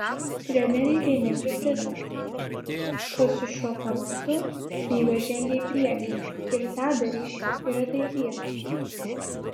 treneriai vieningai pritarė kad su šiuo formatu lyga žengė į priekį ir tą darys ir ateityje